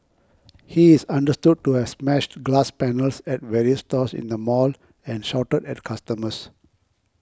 he is understood to has smashed glass panels at various stores in the mall and shouted at customers